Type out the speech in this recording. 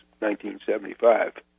1975